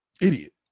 Idiot